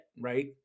right